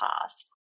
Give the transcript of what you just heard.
past